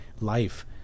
life